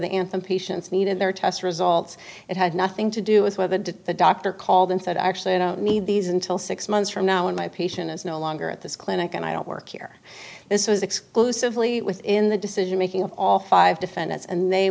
the anthem patients needed their test results it had nothing to do with whether did the doctor called and said actually i don't need these until six months from now when my patient is no longer at this clinic and i don't work here this was exclusively within the decision making of all five defendants and they